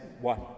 one